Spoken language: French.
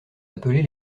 appelés